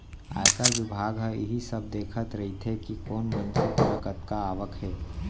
आयकर बिभाग ह इही सब देखत रइथे कि कोन मनसे करा कतका आवक हे